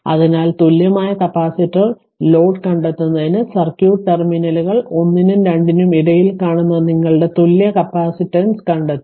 അതിനാൽ തുല്യമായ capacitor load കണ്ടെത്തുന്നതിന് സർക്യൂട്ട് ടെർമിനലുകൾ 1 നും 2 നും ഇടയിൽ കാണുന്ന നിങ്ങളുടെ തുല്യ കപ്പാസിറ്റൻസ് capacitanceകണ്ടെത്തുക